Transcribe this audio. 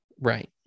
Right